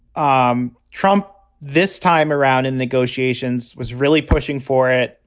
um trump this time around in negotiations was really pushing for it.